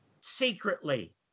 secretly